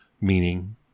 meaning